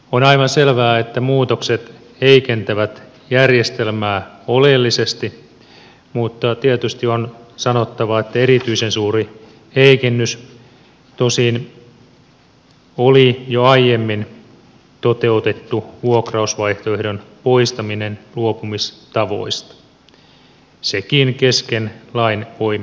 on aivan selvää että muutokset heikentävät järjestelmää oleellisesti mutta tietysti on sanottava että erityisen suuri heikennys tosin oli jo aiemmin toteutettu vuokrausvaihtoehdon poistaminen luopumistavoista sekin kesken lain voimassaolon